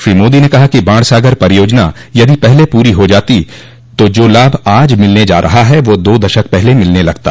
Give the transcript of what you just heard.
श्री मोदी ने कहा कि बाणसागर परियोजना यदि पहले पूरी हो जाती तो जो लाभ आज मिलने जा रहा है वह दो दशक पहले मिलने लगता